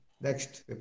Next